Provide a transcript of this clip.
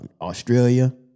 Australia